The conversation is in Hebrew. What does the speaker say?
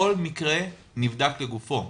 כל מקרה נבדק לגופו.